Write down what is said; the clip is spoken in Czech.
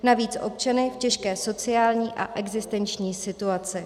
Navíc občany v těžké sociální a existenční situaci.